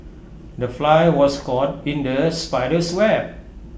the fly was caught in the spider's web